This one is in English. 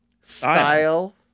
style